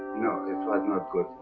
was not good.